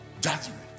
judgment